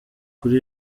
kuri